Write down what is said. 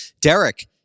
Derek